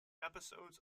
episodes